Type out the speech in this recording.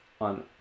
on